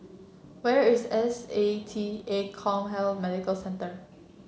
where is S A T A CommHealth Medical Centre